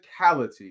physicality